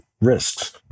risks